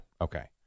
Okay